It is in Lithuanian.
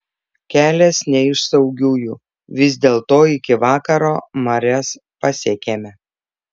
kelias ne iš saugiųjų vis dėlto iki vakaro marias pasiekėme